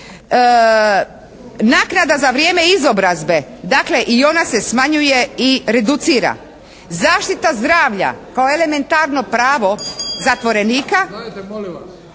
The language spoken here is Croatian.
Naknada za vrijeme izobrazbe, dakle i ona se smanjuje i reducira. Zaštita zdravlja kao elementarno pravo zatvorenika